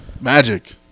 Magic